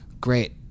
Great